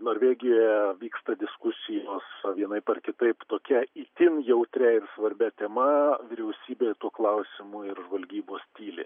norvegijoje vyksta diskusijos vienaip ar kitaip tokia itin jautria ir svarbia tema vyriausybė tuo klausimu ir žvalgybos tyli